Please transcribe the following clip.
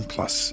Plus